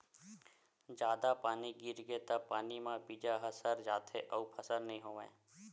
जादा पानी गिरगे त पानी म बीजा ह सर जाथे अउ फसल नइ होवय